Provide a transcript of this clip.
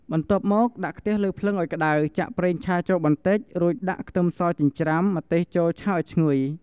បន្ទាប់មកដាក់ខ្ទះលើភ្លើងឱ្យក្តៅ ចាក់ប្រេងឆាចូលបន្តិច រួចដាក់ខ្ទឹមសចិញ្ច្រាំ ម្ទេសចូលឆាឱ្យឈ្ងុយ។